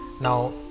Now